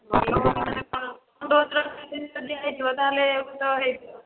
ଭଲ ଡୋଜ୍ର ମେଡ଼ିସିନ୍ ଯଦି ଦିଆହୋଇଥିବ ତା'ହେଲେ ହୋଇଥିବ